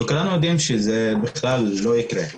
וכולנו יודעים שזה בכלל לא יקרה.